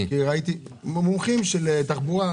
אני מדבר על מומחים של תחבורה.